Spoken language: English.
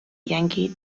yankee